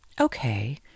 Okay